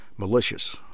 malicious